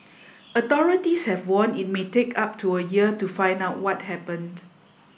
authorities have warned it may take up to a year to find out what happened